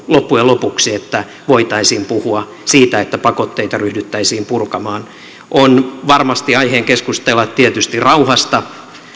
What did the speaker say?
loppujen lopuksi että voitaisiin puhua siitä että pakotteita ryhdyttäisiin purkamaan on varmasti aihetta keskustella tietysti rauhasta